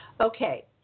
Okay